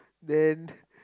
then